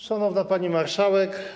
Szanowna Pani Marszałek!